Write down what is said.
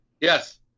yes